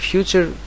Future